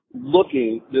looking